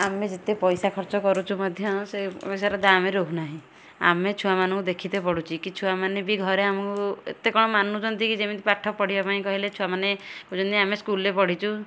ଆମେ ଯେତେ ପଇସା ଖର୍ଚ୍ଚ କରୁଛୁ ମଧ୍ୟ ସେ ପଇସାର ଦାମ୍ ରହୁନାହିଁ ଆମେ ଛୁଅମାନଙ୍କୁ ଦେଖିତେ ପଡ଼ୁଛି କି ଛୁଆମାନେ ବି ଘରେ ଆମକୁ ଏତେ କଣ ମାନୁଛନ୍ତି କି ଯେମିତି ପାଠ ପଢ଼ିବା ପାଇଁ କହିଲେ ଛୁଆମାନେ କହୁଛନ୍ତି ଆମେ ସ୍କୁଲ୍ରେ ପଢ଼ିଛୁ